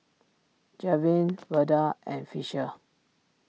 Javen Verda and Fisher